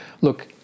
look